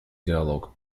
диалог